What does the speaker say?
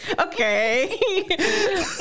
Okay